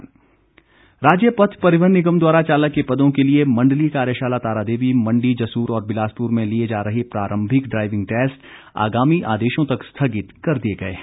निगम राज्य पथ परिवहन निगम द्वारा चालक के पदों के लिए मंडलीय कार्यशाला तारादेवी मंडी जसूर और बिलासपुर में लिए जा रहे प्रारम्भिक ड्राईविंग टैस्ट आगामी आदेशों तक स्थगित कर दिए गए हैं